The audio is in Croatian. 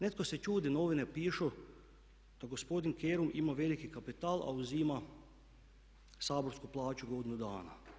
Netko se čudi, novine pišu da gospodin Kerum ima veliki kapital, a uzima saborsku plaću godinu dana.